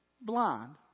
Blind